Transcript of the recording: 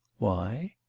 why?